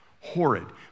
Horrid